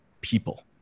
people